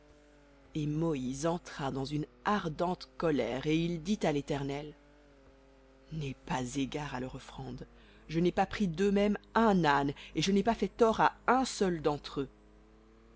et moïse entra dans une ardente colère et il dit à l'éternel n'aie pas égard à leur offrande je n'ai pas pris d'eux même un âne et je n'ai pas fait tort à un seul d'entre eux